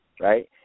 right